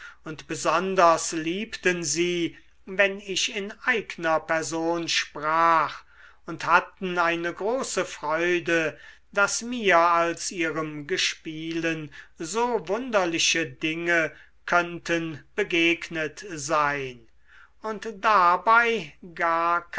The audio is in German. besonders liebten sie wenn ich in eigner person sprach und hatten eine große freude daß mir als ihrem gespielen so wunderliche dinge könnten begegnet sein und dabei